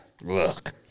look